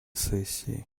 сессии